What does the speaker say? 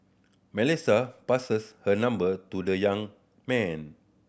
Melissa passes hers her number to the young man